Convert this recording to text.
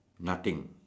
nothing